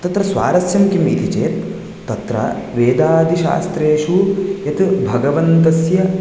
तत्र स्वारस्यं किम् इति चेत् तत्र वेदादिशास्त्रेषु यत् भगवन्तस्य